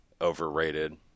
overrated